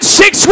six